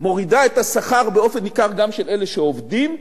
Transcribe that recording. מורידה את השכר באופן ניכר, גם של אלה שעובדים.